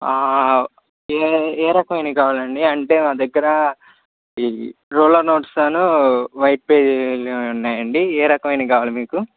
ఏ ఏ రకమైనవి కావాలండి అంటే మా దగ్గర ఈ రూలర్ నోట్స్ అను వైట్ పేజీలు ఉన్నాయండి ఏ రకమైనవి కావాలి మీకు